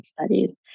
studies